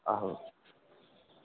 অঁ